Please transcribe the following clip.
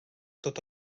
tot